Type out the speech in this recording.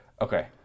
Okay